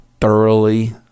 thoroughly